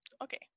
Okay